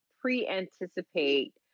pre-anticipate